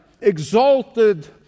exalted